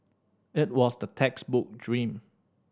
it was the textbook dream